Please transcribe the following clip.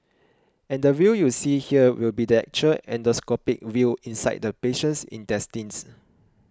and the view you see here will be the actual endoscopic view inside the patient's intestines